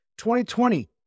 2020